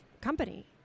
company